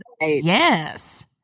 Yes